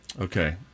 Okay